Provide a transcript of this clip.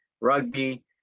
rugby